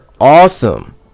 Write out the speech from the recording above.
awesome